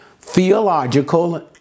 theological